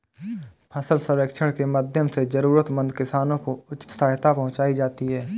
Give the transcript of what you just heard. फसल सर्वेक्षण के माध्यम से जरूरतमंद किसानों को उचित सहायता पहुंचायी जाती है